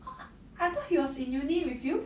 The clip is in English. ah I thought he was in uni with you